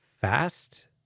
fast